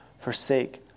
forsake